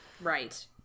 right